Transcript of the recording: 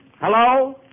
Hello